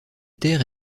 terre